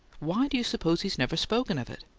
why do you suppose he's never spoken of it?